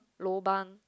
lobang